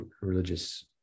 religious